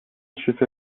schiffe